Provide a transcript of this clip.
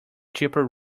cheaper